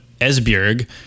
Esbjerg